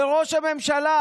וראש הממשלה,